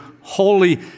holy